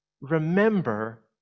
remember